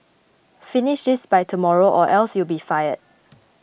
finish this by tomorrow or else you'll be fired